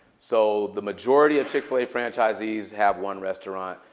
so the majority of chick-fil-a franchisees have one restaurant.